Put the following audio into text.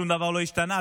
שום דבר לא השתנה,